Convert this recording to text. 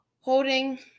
Holding